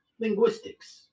linguistics